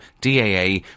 DAA